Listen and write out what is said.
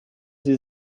sie